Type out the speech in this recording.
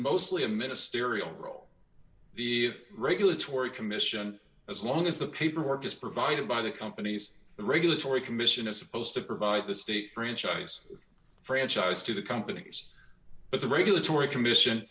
mostly a ministerial role the regulatory commission as long as the paperwork is provided by the companies the regulatory commission is supposed to provide the state franchise franchise to the companies but the regulatory commission